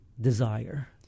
desire